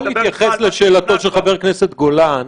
אתה יכול להתייחס לשאלתו של חבר הכנסת גולן,